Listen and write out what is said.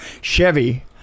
Chevy